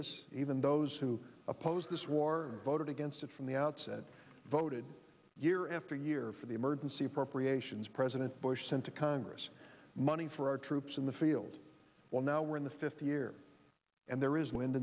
us even those who opposed this war voted against it from the outset voted year after year for the emergency appropriations president bush sent to congress money for our troops in the field well now we're in the fifth year and there is wind